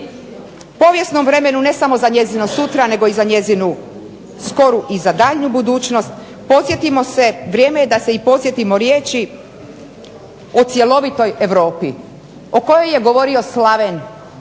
povijesnom vremenu ne samo za njezino sutra, nego za njezinu skoru i daljnju budućnost, podsjetimo se, vrijeme je da se podsjetimo riječi o cjelovitoj Europi o kojoj je govorio slaven Ivan